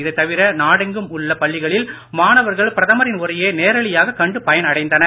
இதைத் தவிர நாடெங்கும் உள்ள பள்ளிகளில் மாணவர்கள் பிரதமரின் உரையை நேரலையாக கண்டு பயனடைந்தனர்